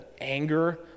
anger